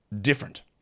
different